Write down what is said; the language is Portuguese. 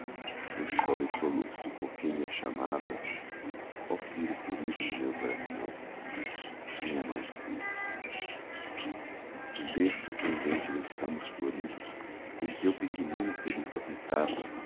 eu choro e soluço por quem me chamava oh filho querido do meu coração minha mãe no berço pendente dos ramos floridos em que eu pequenino feliz dormitava quem